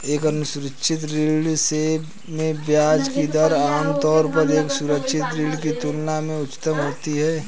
एक असुरक्षित ऋण में ब्याज की दर आमतौर पर एक सुरक्षित ऋण की तुलना में उच्चतर होती है?